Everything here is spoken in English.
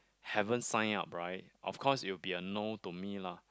haven't sign up right of course it would be a no to me lah